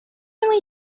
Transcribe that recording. away